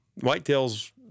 Whitetails